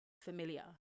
familiar